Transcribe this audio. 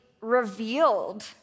revealed